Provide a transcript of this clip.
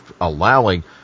allowing